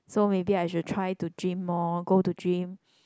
so maybe I should try to gym more go to gym